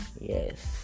Yes